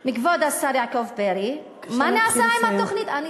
מכבוד השר יעקב פרי מה נעשה עם התוכנית הזאת.